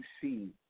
see